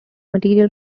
material